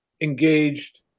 engaged